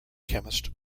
chemist